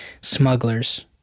smugglers